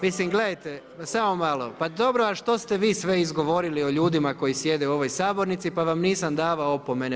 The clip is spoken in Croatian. Mislim gledajte, samo malo, pa dobro a što ste vi sve izgovorili o ljudima koji sjede u ovoj sabornici pa vam nisam davao opomene.